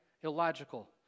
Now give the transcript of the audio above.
Illogical